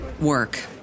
Work